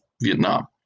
Vietnam